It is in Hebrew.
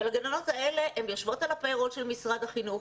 הגננות האלה יושבות על לוח השכר של משרד החינוך,